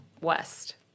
West